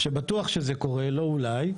שם זה קורה בוודאות ולא אולי,